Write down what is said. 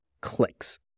clicks